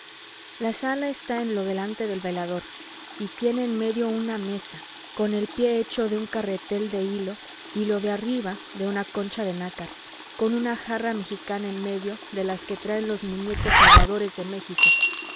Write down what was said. la sala está en lo de delante del velador y tiene en medio una mesa con el pie hecho de un carretel de hilo y lo de arriba de una concha de nácar con una jarra mexicana en medio de las que traen los muñecos aguadores de méxico